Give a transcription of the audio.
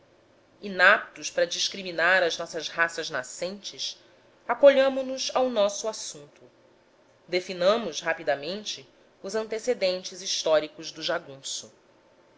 inaptos para discriminar as nossas raças nascentes acolhamo nos ao nosso assunto definamos rapidamente os antecedentes históricos do jagunço